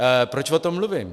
Ale proč o tom mluvím?